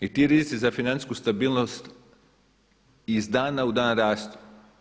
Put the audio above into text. I ti rizici za financijsku stabilnost iz dana u dan rastu.